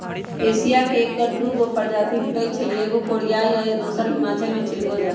Asia में ऐकर दू गो प्रजाति भेटछइ एगो कोरियाई आ दोसर हिमालय में चिलगोजा